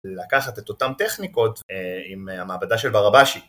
לקחת את אותם טכניקות עם המעבדה של ברבאשי.